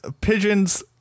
Pigeons